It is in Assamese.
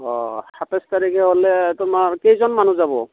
অঁ সাতাইছ তাৰিখে হ'লে তোমাৰ কেইজন মানুহ যাব